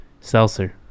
seltzer